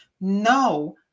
no